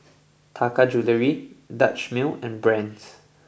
Taka Jewelry Dutch Mill and Brand's